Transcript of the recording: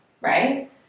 Right